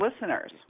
listeners